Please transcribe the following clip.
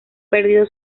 perdido